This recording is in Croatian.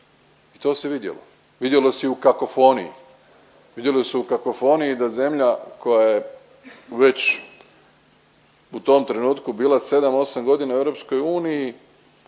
I to se vidjelo. Vidjelo se i u kakofoniji, vidjelo se u kakofoniji da zemlja koja je već u tom trenutku bila 7, 8 godina u EU u